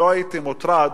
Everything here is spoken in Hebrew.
לא הייתי מוטרד,